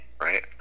right